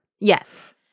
Yes